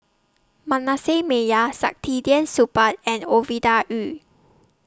Manasseh Meyer Saktiandi Supaat and Ovidia Yu